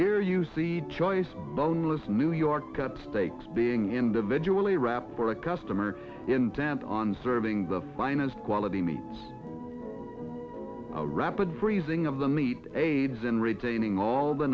here you see choice boneless new york up steaks being individually wrapped for a customer in tampa on serving the finest quality me a rapid freezing of the need aides and retaining all the